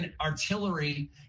Artillery